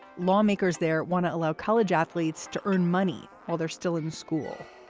lawmakers there want to allow college athletes to earn money while they're still in school.